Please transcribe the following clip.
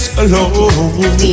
alone